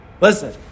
Listen